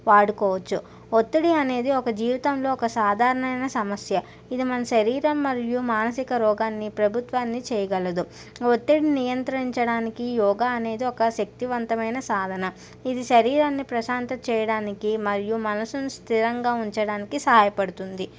వాడుకోవచ్చు ఒత్తిడి అనేది ఒక జీవితంలో ఒక సాధారణమైన సమస్య ఇది మన శరీరం మరియు మానసిక రోగాన్ని ప్రభుత్వాన్ని చేయగలదు ఒత్తిడి నియంత్రించడానికి యోగ అనేది ఒక శక్తివంతమైన సాధన ఇది శరీరాన్ని ప్రశాంతత చేయడానికి మరియు మనసును స్థిరంగా ఉంచడానికి సహాయపడుతుంది